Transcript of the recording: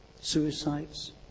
suicides